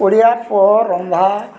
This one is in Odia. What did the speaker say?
ଓଡ଼ିଆ ପୁଅ ରନ୍ଧା